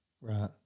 Right